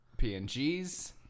PNGs